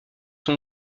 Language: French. son